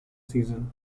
season